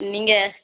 நீங்கள்